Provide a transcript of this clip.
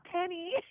penny